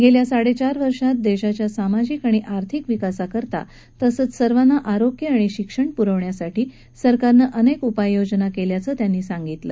गेल्या साडेचार वर्षात देशाच्या सामाजिक आणि आर्थिक विकासासाठी तसंच सर्वांना आरोग्य आणि शिक्षण पुरवण्यासाठी सरकारनं अनेक उपाययोजना केल्याचं त्यांनी सांगितलं